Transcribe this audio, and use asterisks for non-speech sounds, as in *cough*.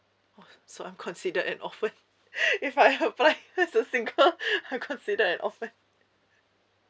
oh so I'm considered an orphan *laughs* if I apply as a single I'm considered an orphan